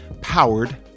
powered